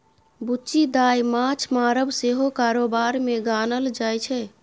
बुच्ची दाय माँछ मारब सेहो कारोबार मे गानल जाइ छै